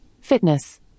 Fitness